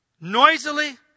noisily